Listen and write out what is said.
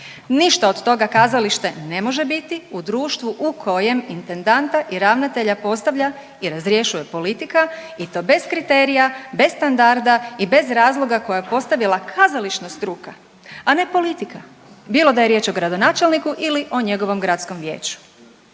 Ništa od toga kazalište ne može biti u društvu u kojem intendanta i ravnatelja postavlja i razrješuje politika i to bez kriterija, bez standarda i bez razloga koje je postavila kazališna struka, a ne politika bilo da je riječ o gradonačelniku ili o njegovom gradskom vijeću.